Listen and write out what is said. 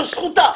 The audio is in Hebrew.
זו זכותה.